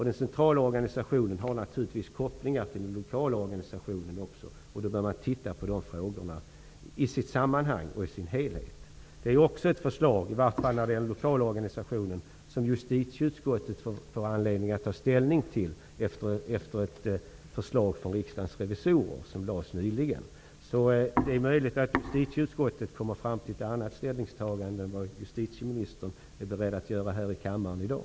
Den centrala organisationen har naturligtvis kopplingar också till den lokala organisationen. Då bör man titta på dessa frågor i ett sammanhang och i dess helhet. Detta är också ett förslag, i vart fall av den lokala organisationen, som justitieutskottet får anledning att ta ställning till efter ett förslag som nyligen lades fram av Riksdagens revisorer. Det är möjligt att justitieutskottet kommer fram till ett annat ställningstagande än vad justitieministern är beredd att göra här i kammaren i dag.